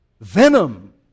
venom